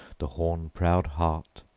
the horn-proud hart,